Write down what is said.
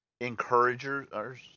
encouragers